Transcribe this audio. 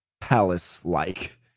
palace-like